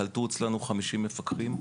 קלטו אצלנו 50 מפקחים.